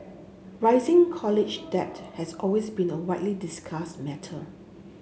rising college debt has always been a widely discussed matter